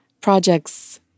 projects